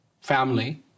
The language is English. family